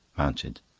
mounted.